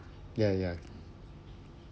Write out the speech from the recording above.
ya ya